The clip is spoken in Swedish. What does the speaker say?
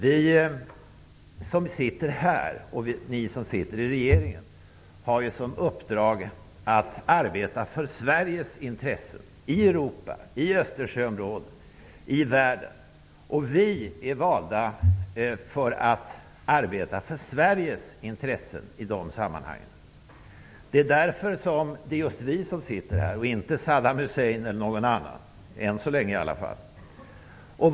Vi som sitter här och de som sitter i regeringen har i uppdrag att arbeta för Sveriges intressen i Europa, i Östersjöområdet, i världen. Vi är valda för att göra det. Därför är det just vi som sitter här och inte Saddam Hussein eller någon annan -- än så länge i alla fall.